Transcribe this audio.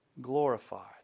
glorified